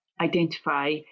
identify